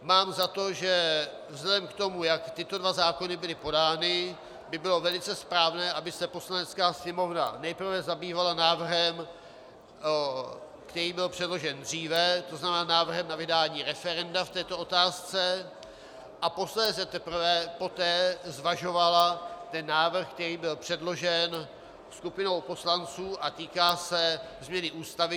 Mám za to, že vzhledem k tomu, jak tyto dva zákony byly podány, by bylo velice správně, aby se Poslanecká sněmovna nejprve zabývala návrhem, který byl předložen dříve, tzn. návrhem na vydání referenda v této otázce, a posléze teprve poté zvažovala ten návrh, který byl předložen skupinou poslanců a týká se změny Ústavy ČR.